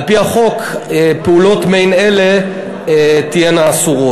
על-פי החוק, פעולות מעין אלה תהיינה אסורות.